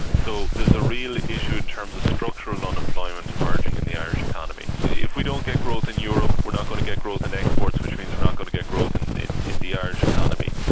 so there's a real issue in terms of structural unemployment emerging in the irish economy. if we don't get growth in europe, we're not going to get growth in exports, which means we're not going to get growth and in in the irish economy.